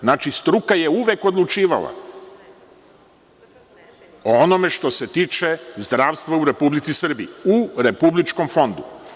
Znači, struka je uvek odlučivala o onome što se tiče zdravstva u Republici Srbiji u Republičkom fondu.